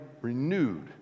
renewed